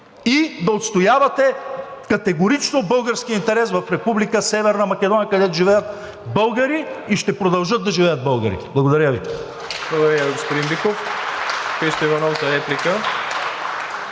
и да отстоявате категорично българския интерес в Република Северна Македония, където живеят българи и ще продължат да живеят българи. Благодаря Ви.